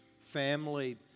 family